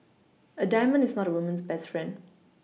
a diamond is not a woman's best friend